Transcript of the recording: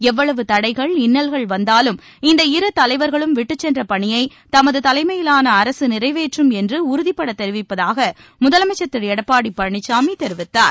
எவ்வளவு தடைகள் இன்னல்கள் வந்தாலும் இந்த இரு தலைவர்களும் விட்டுச்சென்ற பணியை தமது தலைமையிலாள அரசு நிறைவேற்றும் என்று உறுதிப்பட தெரிவிப்பதாக முதலமைச்சர் திரு எடப்பாடி பழனிசாமி தெரிவித்தார்